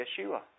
Yeshua